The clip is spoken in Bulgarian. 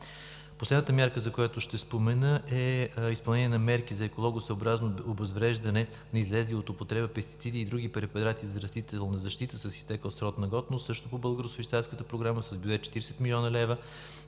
Последната мярка, за която ще спомена е „Изпълнение на мерки за екологосъобразно обезвреждане на излезли от употреба пестициди и други препарати за растителна защита с изтекъл срок на годност“, също по Българо-швейцарската програма, с бюджет 40 млн. лв.,